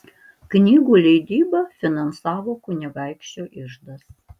knygų leidybą finansavo kunigaikščio iždas